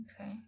Okay